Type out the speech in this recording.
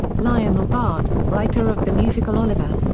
lionel bart, writer of the musical oliver,